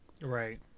Right